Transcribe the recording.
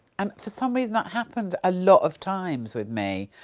and for some reason that happened a lot of times with me!